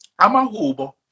amahubo